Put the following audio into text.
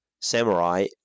Samurai